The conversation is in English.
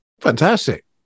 fantastic